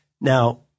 now